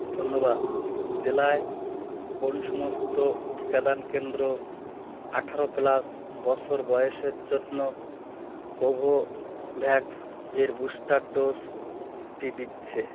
ধন্যবাদ জেলায় কোন সমস্ত টিকাদান কেন্দ্র আঠেরো প্লাস বৎসর বয়েসের জন্য কোভোভ্যাক্স এর বুস্টার ডোজটি দিচ্ছে